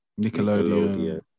Nickelodeon